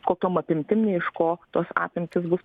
kokiom apimtim nei iš ko tos apimtys bus